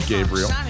Gabriel